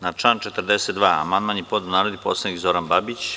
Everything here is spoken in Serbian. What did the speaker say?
Na član 42. amandman je podneo narodni poslanik Zoran Babić.